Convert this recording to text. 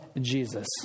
Jesus